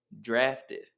drafted